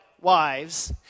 wives